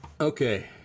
okay